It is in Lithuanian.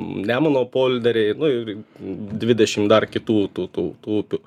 nemuno polderiai nu ir dvidešim dar kitų tų tų upių